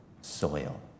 soil